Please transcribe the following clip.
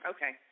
Okay